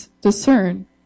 discern